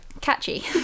catchy